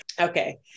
Okay